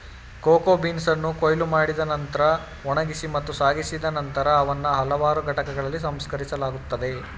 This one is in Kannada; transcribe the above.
ಕೋಕೋ ಬೀನ್ಸನ್ನು ಕೊಯ್ಲು ಮಾಡಿದ ನಂತ್ರ ಒಣಗಿಸಿ ಮತ್ತು ಸಾಗಿಸಿದ ನಂತರ ಅವನ್ನು ಹಲವಾರು ಘಟಕಗಳಲ್ಲಿ ಸಂಸ್ಕರಿಸಲಾಗುತ್ತದೆ